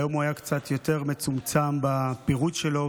היום הוא היה קצת יותר מצומצם בפירוט שלו.